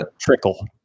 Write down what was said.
trickle